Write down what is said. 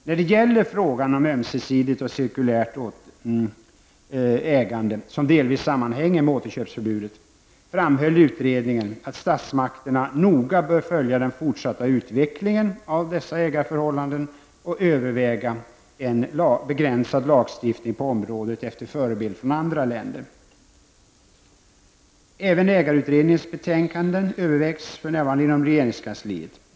När det gäller frågan om ömsesidigt och cirkulärt ägande, som delvis sammanhänger med återköpsförbudet, framhöll utredningen att statsmakterna noga bör följa den fortsatta utvecklingen av dessa ägarförhållanden och överväga en begränsad lagstiftning på området efter förebild från andra länder. Även ägarutredningens betänkanden övervägs för närvarande inom regeringskansliet.